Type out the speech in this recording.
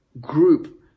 group